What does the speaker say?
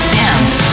dance